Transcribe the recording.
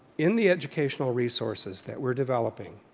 in the educational resources that we're developing